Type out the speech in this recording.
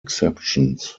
exceptions